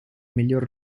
miglior